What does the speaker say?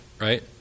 Right